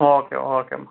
okay ஓகேம்மா